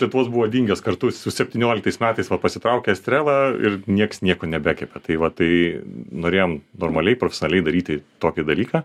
lietuvos buvo dingęs kartu su septynioliktais metais va pasitraukė estrela ir nieks nieko nebekepė tai va tai norėjom normaliai profesionaliai daryti tokį dalyką